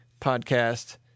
podcast